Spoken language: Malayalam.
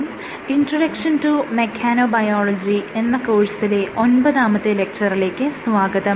'ഇൻട്രൊഡക്ഷൻ ടു മെക്കാനോബയോളജി എന്ന കോഴ്സിലെ ഒൻപതാമത്തെ ലെക്ച്ചറിലേക്ക് സ്വാഗതം